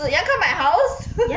ya sia